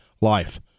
life